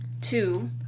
two